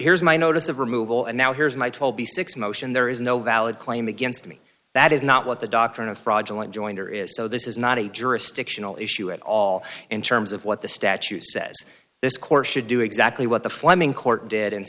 here's my notice of removal and now here's my told b six motion there is no valid claim against me that is not what the doctrine of fraudulent jointer is so this is not a jurisdictional issue at all in terms of what the statute says this court should do exactly what the fleming court did and